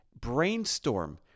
brainstorm